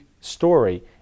story